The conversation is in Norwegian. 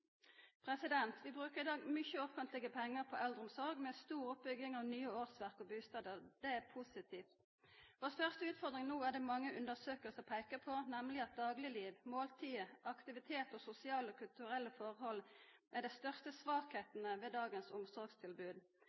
Vi brukar i dag mykje offentlege pengar på eldreomsorg, med stor oppbygging av nye årsverk og bustader. Det er positivt. Vår største utfordring no er det mange undersøkingar som peikar på, nemleg at daglegliv, måltid, aktivitet, sosiale og kulturelle forhold er dei største svakheitene ved